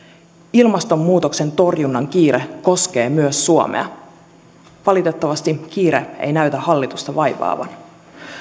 ilmastonmuutoksen torjunnan kiire koskee myös suomea valitettavasti kiire ei näytä hallitusta vaivaavan